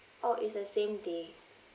oh is the same day